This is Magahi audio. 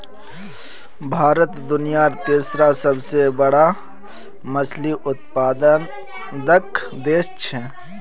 भारत दुनियार तीसरा सबसे बड़ा मछली उत्पादक देश छे